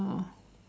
oh